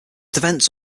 defense